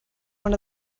one